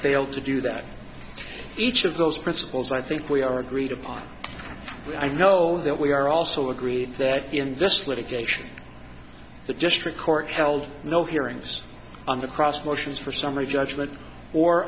failed to do that each of those principles i think we are agreed upon i know that we are also agreed that i think in this litigation the district court held no hearings on the cross motions for summary judgment or